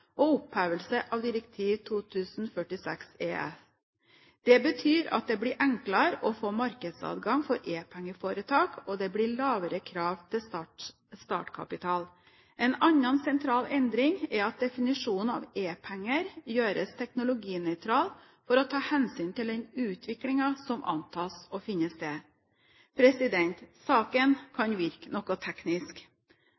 og opphevelse av direktiv 2000/46/EF. Det betyr at det blir enklere å få markedsadgang for e-pengeforetak, og det blir lavere krav til startkapital. En annen sentral endring er at definisjonen av e-penger gjøres teknologinøytral for å ta hensyn til den utviklingen som antas å finne sted. Saken